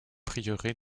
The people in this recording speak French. prieuré